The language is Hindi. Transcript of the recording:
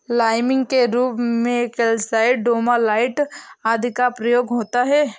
लाइमिंग के रूप में कैल्साइट, डोमालाइट आदि का प्रयोग होता है